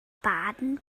baden